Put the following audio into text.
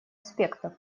аспектов